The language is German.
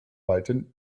walten